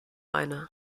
eine